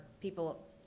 people